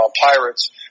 Pirates